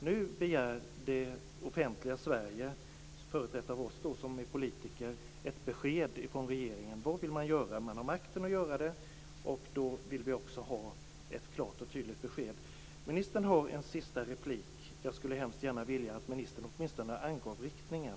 Nu begär det offentliga Sverige - företrätt av oss som är politiker - ett besked från regeringen. Vad vill man göra? Man har makten att göra det, och då vill vi också ha ett klart och tydligt besked. Ministern har ett sista inlägg. Jag skulle hemskt gärna vilja att ministern åtminstone angav riktningen.